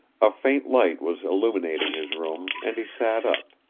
a faint light was illumining his room, and he sat up.